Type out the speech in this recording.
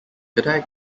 kedai